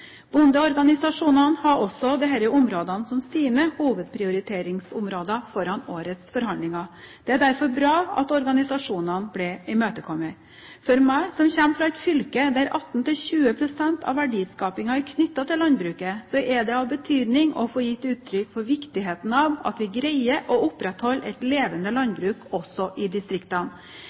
Bondeorganisasjonene hadde også disse områdene som sine hovedprioriteringsområder foran årets forhandlinger. Det er derfor bra at organisasjonene ble imøtekommet. For meg, som kommer fra et fylke der 18–20 pst av verdiskapingen er knyttet til landbruket, er det av betydning å få gitt uttrykk for viktigheten av at vi greier å opprettholde et levende landbruk også i distriktene.